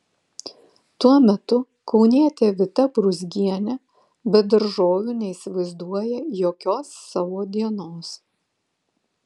tuo metu kaunietė vita brūzgienė be daržovių neįsivaizduoja jokios savo dienos